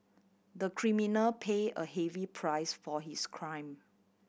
the criminal pay a heavy price for his crime